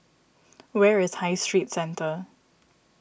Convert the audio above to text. where is High Street Centre